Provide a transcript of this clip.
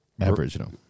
Aboriginal